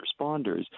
responders